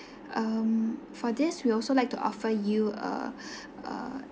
um for this we'll also like to offer you a a